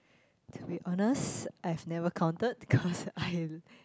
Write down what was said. to be honest I've never counted cause I